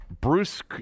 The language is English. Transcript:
Bruce